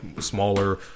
smaller